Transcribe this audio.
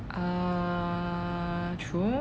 a~ true